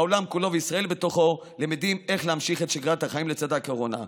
העולם כולו וישראל בתוכו למדים איך להמשיך את שגרת החיים לצד הקורונה.